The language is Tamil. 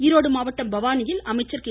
ஈரோடு மாவட்டம் பவானியில் அமைச்சர் கே